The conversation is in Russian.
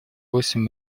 восемь